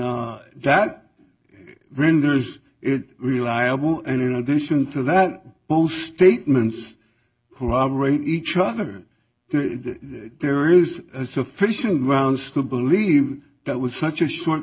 that renders it reliable and in addition to that both statements corroborate each other that there is sufficient grounds to believe that was such a short